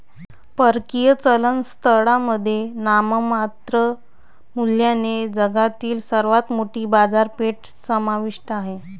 परकीय चलन स्थळांमध्ये नाममात्र मूल्याने जगातील सर्वात मोठी बाजारपेठ समाविष्ट आहे